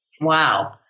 Wow